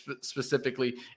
specifically